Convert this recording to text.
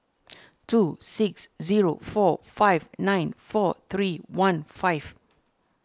two six zero four five nine four three one five